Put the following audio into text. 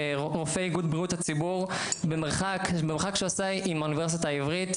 רופא איגוד בריאות הציבור שהוא עשה עם האוניברסיטה העברית,